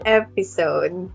episode